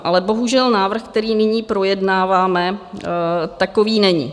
Ale bohužel návrh, který nyní projednáváme, takový není.